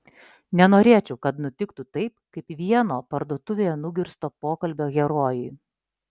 nenorėčiau kad nutiktų taip kaip vieno parduotuvėje nugirsto pokalbio herojui